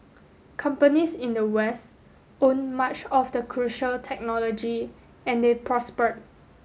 companies in the West owned much of the crucial technology and they prospered